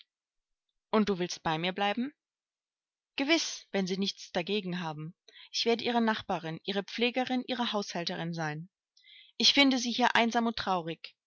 und du willst bei mir bleiben gewiß wenn sie nichts dagegen haben ich werde ihre nachbarin ihre pflegerin ihre haushälterin sein ich finde sie hier einsam und traurig